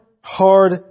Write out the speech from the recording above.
hard